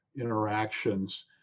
interactions